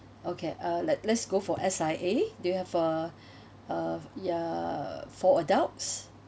okay uh let~ let's go for S_I_A do you have uh uh yeah four adults